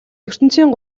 ертөнцийн